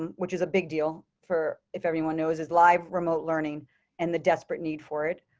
and which is a big deal for if everyone knows is live remote learning and the desperate need for it.